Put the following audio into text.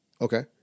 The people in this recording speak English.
Okay